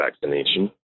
vaccination